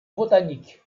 botanique